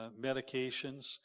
medications